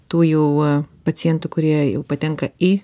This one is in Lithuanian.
tų jau pacientų kurie jau patenka į